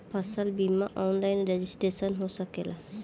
फसल बिमा online registration हो सकेला?